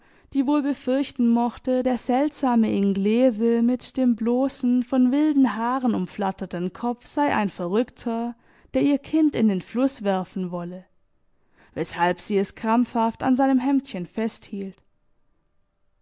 die wohl befürchten mochte der seltsame inglese mit dem bloßen von wilden haaren umflatterten kopf sei ein verrückter der ihr kind in den fluß werfen wolle weshalb sie es krampfhaft an seinem hemdchen festhielt